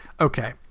Okay